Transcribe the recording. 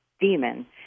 demon